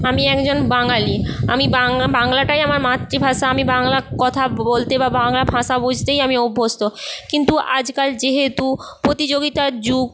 আমি একজন বাঙালি আমি বাংলাটাই আমার মাতৃভাষা আমি বাংলা কথা বলতে বা বাংলা ভাষা বুঝতেই আমি অভ্যস্ত কিন্তু আজকাল যেহেতু প্রতিযোগিতার যুগ